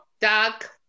dark